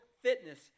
Fitness